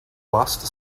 lost